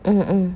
mm mm